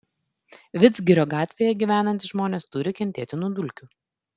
vidzgirio gatvėje gyvenantys žmonės turi kentėti nuo dulkių